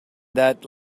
that